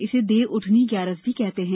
इसे देवउठनी ग्यारस भी कहते हैं